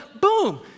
boom